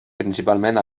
principalment